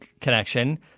connection